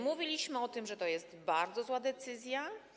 Mówiliśmy o tym, że to jest bardzo zła decyzja.